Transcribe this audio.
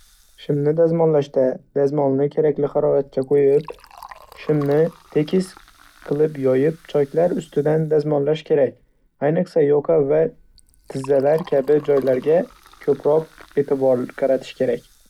Shimni dazmollashda dazmolni kerakli haroratga qo'yib. Shimni tekis qilib yoyib, choklar ustidan dazmollash kerak. Ayniqsa, yoqa va tizzalar kabi joylarga ko'proq e'tibor qaratish kerak.